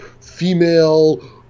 female